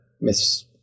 Miss